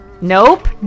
Nope